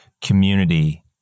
community